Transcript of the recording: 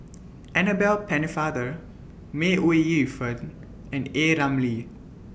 Annabel Pennefather May Ooi Yu Fen and A Ramli